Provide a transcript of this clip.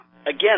again